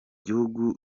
gihugu